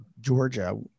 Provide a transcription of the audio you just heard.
Georgia